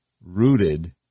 rooted